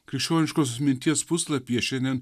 krikščioniškosios minties puslapyje šiandien